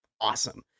awesome